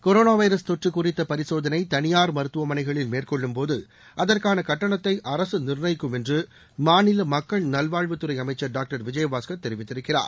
corona virus தொற்று குறித்த பரிசோதனை தனியா் மருத்துவமனைகளில் மேற்கொள்ளும்போது அதற்கான கட்டணத்தை அரசு நிர்ணயிக்கும் என்று மாநில மக்கள் நல்வாழ்வுத் துறை அமைச்சர் டாக்டர் விஜயபாஸ்கர் தெரிவித்திருக்கிறார்